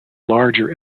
larger